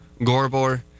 Gorbor